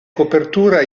copertura